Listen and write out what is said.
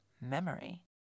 memory